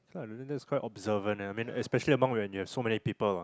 that's quite observant ah especially among when you have so many people ah